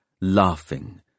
laughing